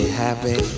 happy